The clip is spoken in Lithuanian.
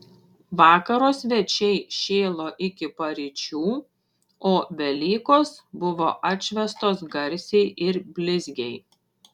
vakaro svečiai šėlo iki paryčių o velykos buvo atšvęstos garsiai ir blizgiai